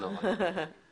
בבקשה, מתן.